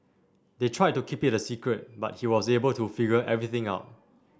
they tried to keep it a secret but he was able to figure everything out